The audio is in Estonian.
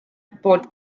poolt